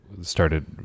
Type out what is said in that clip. started